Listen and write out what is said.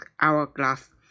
hourglass